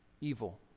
evil